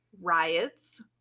riots